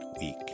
week